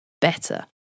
better